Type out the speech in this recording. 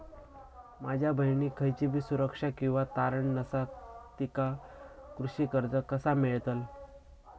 माझ्या बहिणीक खयचीबी सुरक्षा किंवा तारण नसा तिका कृषी कर्ज कसा मेळतल?